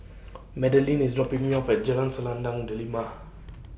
Madelynn IS dropping Me off At Jalan Selendang Delima